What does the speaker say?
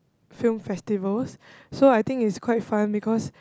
film festivals so I think it's quite fun because